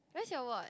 where's your watch